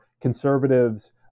Conservatives